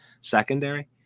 secondary